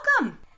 Welcome